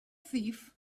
thief